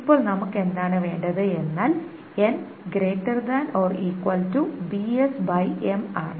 ഇപ്പോൾ നമുക്ക് എന്താണ് വേണ്ടത് എന്നാൽ ആണ്